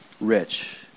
rich